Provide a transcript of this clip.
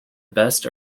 best